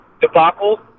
debacle